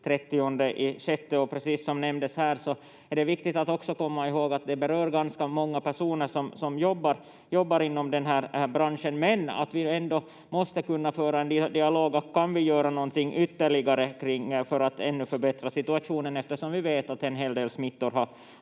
fram till den 30.6. Precis som nämndes här är det viktigt att också komma ihåg att det berör ganska många personer som jobbar inom den här branschen, men att vi ändå måste kunna föra en dialog om vi kan göra någonting ytterligare för att ännu förbättra situationen, eftersom vi vet att en hel del smittor